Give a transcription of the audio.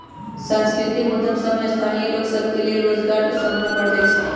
सांस्कृतिक उद्यम सभ में स्थानीय लोग सभ के लेल रोजगार के संभावना बढ़ जाइ छइ